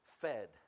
fed